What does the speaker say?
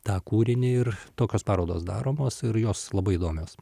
tą kūrinį ir tokios parodos daromos ir jos labai įdomios